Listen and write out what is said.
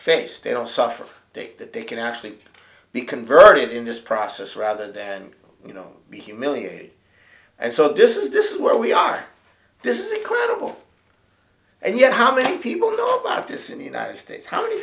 face they don't suffer date that they can actually be converted in this process rather than you know be humiliated and so this is this is where we are this incredible and yet how many people know about this in the united states how many